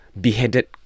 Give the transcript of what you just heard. beheaded